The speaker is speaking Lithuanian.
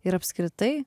ir apskritai